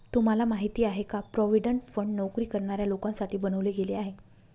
तुम्हाला माहिती आहे का? प्रॉव्हिडंट फंड नोकरी करणाऱ्या लोकांसाठी बनवले गेले आहे